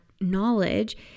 knowledge